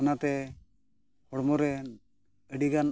ᱚᱱᱟᱛᱮ ᱦᱚᱲᱢᱚ ᱨᱮ ᱟᱹᱰᱤ ᱜᱟᱱ